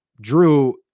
Drew